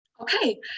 Okay